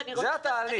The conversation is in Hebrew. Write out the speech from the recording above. זה התהליך.